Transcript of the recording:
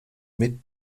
mit